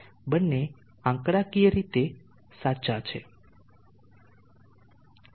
બંને આંકડાકીય રીતે સાચા છે